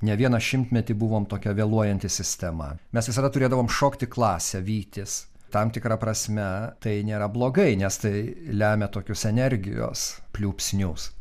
ne vieną šimtmetį buvom tokia vėluojanti sistema mes visada turėdavom šokti klasę vytis tam tikra prasme tai nėra blogai nes tai lemia tokius energijos pliūpsnius